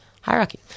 hierarchy